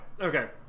okay